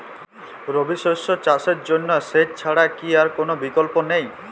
রবি শস্য চাষের জন্য সেচ ছাড়া কি আর কোন বিকল্প নেই?